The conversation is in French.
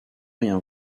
rien